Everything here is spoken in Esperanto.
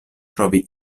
trovi